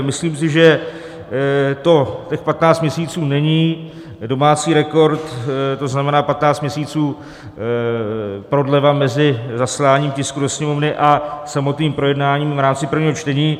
Myslím si, že těch patnáct měsíců není domácí rekord, to znamená patnáct měsíců prodleva mezi zasláním tisku do Sněmovny a samotným projednáním v rámci prvního čtení.